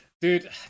dude